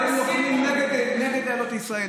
הרי אתם לוחמים נגד לעלות לישראל.